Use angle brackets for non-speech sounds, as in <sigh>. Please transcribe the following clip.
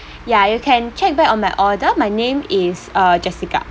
<breath> ya you can check back on my order my name is uh jessica